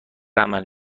عمل